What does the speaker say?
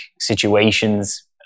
situations